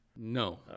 No